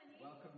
welcome